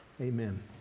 Amen